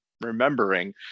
remembering